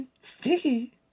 Sticky